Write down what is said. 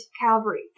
Calvary